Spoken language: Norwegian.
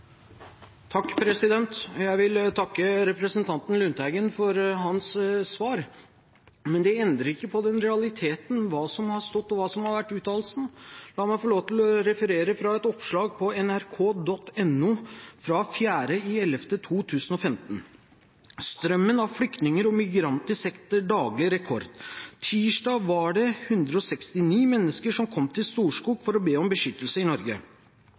Jeg vil takke representanten Lundteigen for hans svar. Men det endrer ikke på realiteten når det gjelder hva som har stått, og hva som har vært uttalt. La meg få lov til å referere fra et oppslag på NRK.no fra 4. november 2015: «Strømmen av flyktninger og migranter setter daglig nye rekorder. Tirsdag var det 196 mennesker som kom til Storskog for å be om beskyttelse i Norge.